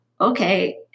Okay